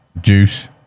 Juice